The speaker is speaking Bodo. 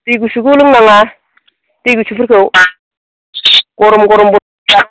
दै गुसुखौ लोंनाङा दै गुसुफोरखौ गरम गरम बुस्थु जा